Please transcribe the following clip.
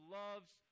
loves